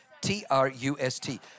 T-R-U-S-T